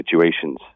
situations